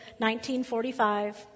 1945